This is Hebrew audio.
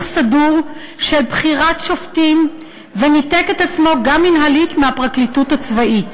סדור של בחירת שופטים וניתק את עצמו גם מינהלית מהפרקליטות הצבאית.